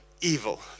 evil